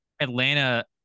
Atlanta